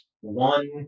one